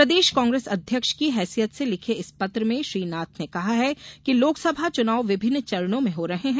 प्रदेश कांग्रेस अध्यक्ष की हैसियत से लिखे इस पत्र में श्री नाथ ने कहा है कि लोकसभा चुनाव विभिन्न चरणों में हो रहे हैं